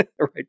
right